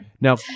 Now